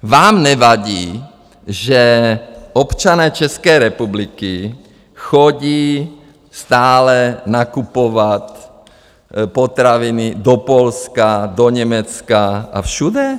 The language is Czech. Vám nevadí, že občané České republiky chodí stále nakupovat potraviny do Polska, do Německa a všude?